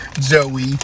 Joey